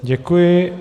Děkuji.